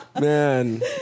Man